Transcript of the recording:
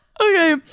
okay